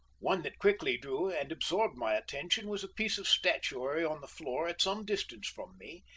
one that quickly drew and absorbed my attention was a piece of statuary on the floor at some distance from me,